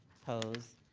opposed?